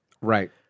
Right